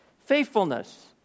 faithfulness